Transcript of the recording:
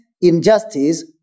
Injustice